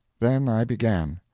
then i began.